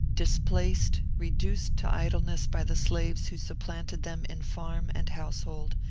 displaced, re duced to idleness by the slaves who supplanted them in farm and household,